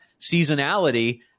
seasonality